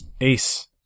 Ace